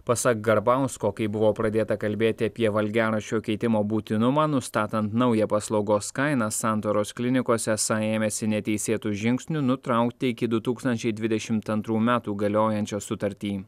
pasak garbausko kai buvo pradėta kalbėti apie valgiaraščio keitimo būtinumą nustatant naują paslaugos kainą santaros klinikos esą ėmėsi neteisėtų žingsnių nutraukti iki du tūkstančiai dvidešim antrų metų galiojančią sutartį